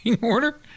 order